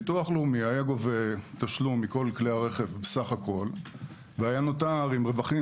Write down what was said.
ביטוח לאומי היה גובה תשלום מכל כלי הרכב סל הכול והיה נותר עם רווחים